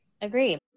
Agree